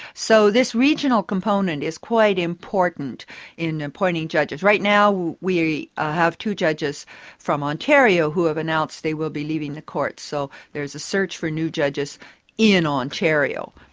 so, this regional component is quite important in appointing judges. right now we have two judges from ontario who have announced they will be leaving the court, so there is a search for new judges in ontario.